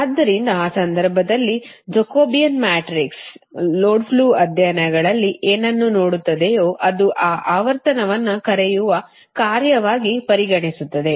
ಆದ್ದರಿಂದ ಆ ಸಂದರ್ಭದಲ್ಲಿ ಜಾಕೋಬಿಯನ್ ಮ್ಯಾಟ್ರಿಕ್ಸ್ ಲೋಡ್ ಫ್ಲೋ ಅಧ್ಯಯನಗಳಲ್ಲಿ ಏನನ್ನು ನೋಡುತ್ತದೆಯೋ ಅದು ಆ ಆವರ್ತನವನ್ನು ಕರೆಯುವ ಕಾರ್ಯವಾಗಿ ಪರಿಣಮಿಸುತ್ತದೆ